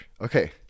okay